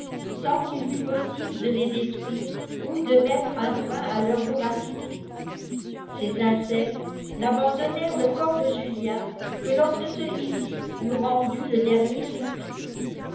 sans qu'il fût possible de les détruire ou de mettre un frein à leur voracité ces insectes n'sbandoimèrent le corps de jumen que lorsque celui-ci eut rendu le dernier soupir